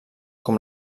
com